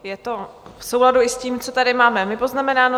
Je to v souladu i s tím, co tady máme i my poznamenáno.